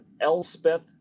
Elspeth